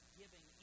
giving